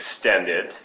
extended